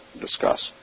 discuss